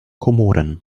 komoren